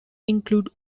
include